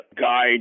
guide